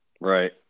Right